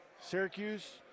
Syracuse